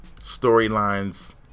storylines